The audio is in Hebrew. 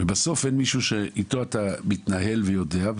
ובסוף אין מישהו שאיתו אתה מתנהל ויודע,